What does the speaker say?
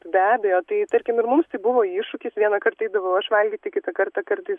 be abejo tai tarkim ir mums buvo iššūkis vienąkart eidavau aš valgyti kitą kartą kartais